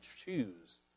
choose